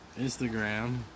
Instagram